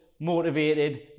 motivated